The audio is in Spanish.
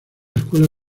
escuela